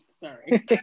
sorry